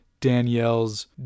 Danielle's